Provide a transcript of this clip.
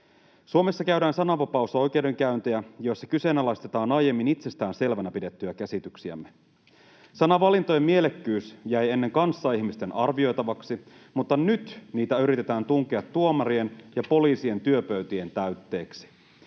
Suomessa käydään sananvapausoikeudenkäyntejä, joissa kyseenalaistetaan aiemmin itsestään selvinä pidettyjä käsityksiämme. Sanavalintojen mielekkyys jäi ennen kanssaihmisten arvioitavaksi, mutta nyt niitä yritetään tunkea tuomarien ja poliisien työpöytien täytteeksi.